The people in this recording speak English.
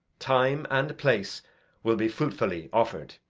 time and place will be fruitfully offer'd.